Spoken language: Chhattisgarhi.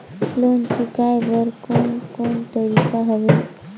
लोन चुकाए बर कोन कोन तरीका हवे?